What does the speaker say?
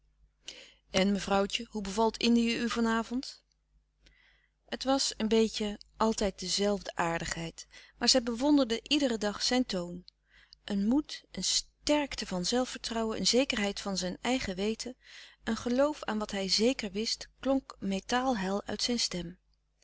en mevrouwtje hoe bevalt indië u van avond louis couperus de stille kracht het was een beetje altijd de zelfde aardigheid maar zij bewonderde iederen dag zijn toon een moed een sterkte van zelfvertrouwen een zekerheid van zijn eigen weten een geloof aan wat hij zèker wist klonk metaalhel uit zijn stem